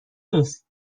نیست